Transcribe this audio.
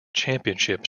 championship